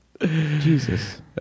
jesus